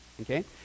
okay